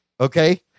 okay